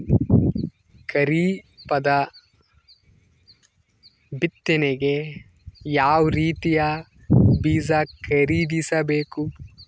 ಖರೀಪದ ಬಿತ್ತನೆಗೆ ಯಾವ್ ರೀತಿಯ ಬೀಜ ಖರೀದಿಸ ಬೇಕು?